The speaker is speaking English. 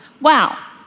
Wow